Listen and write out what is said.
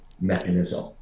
mechanism